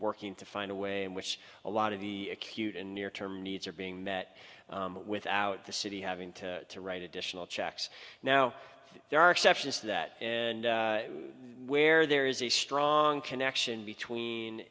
working to find a way in which a lot of the acute and near term needs are being met without the city having to to write additional checks now there are exceptions to that and where there is a strong connection between